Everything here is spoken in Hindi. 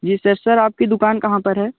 जी सर सर आपकी दुकान कहाँ पर है